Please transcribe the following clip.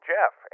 Jeff